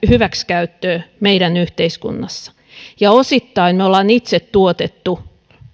hyväksikäyttöä meidän yhteiskunnassamme ja osittain me olemme itse tuottaneet